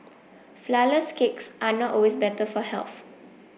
flourless cakes are not always better for health